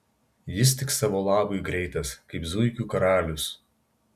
jis tik savo labui greitas kaip zuikių karalius